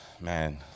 man